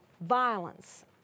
Violence